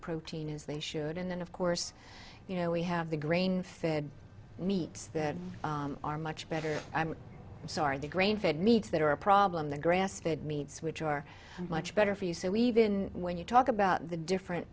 protein as they should and then of course you know we have the grain fed meets that are much better i'm sorry the grain fed needs that are a problem the grass fed needs which are much better for you so even when you talk about the different